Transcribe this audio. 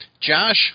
Josh